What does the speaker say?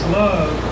love